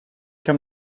kan